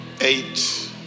Eight